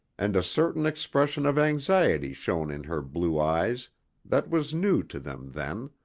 and a certain expression of anxiety shone in her blue eyes that was new to them then.